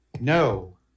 No